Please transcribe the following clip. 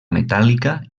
metàl·lica